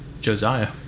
Josiah